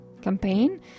campaign